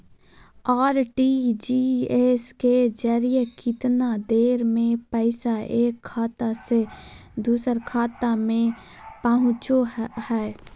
RTGS के जरिए कितना देर में पैसा एक खाता से दुसर खाता में पहुचो है?